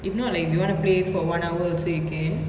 if not like if you want to play for one hour also you can